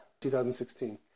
2016